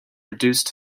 reduced